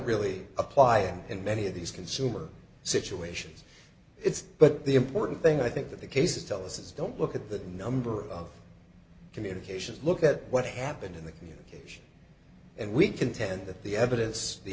really apply in many of these consumer situations it's but the important thing i think that the cases tell us is don't look at that number of communications look at what happened in the communication and we contend that the evidence the